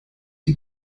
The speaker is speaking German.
die